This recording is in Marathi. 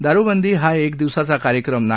दारूबंदी हा एक दिवसाचा कार्यक्रम नाही